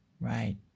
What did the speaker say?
Right